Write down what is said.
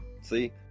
See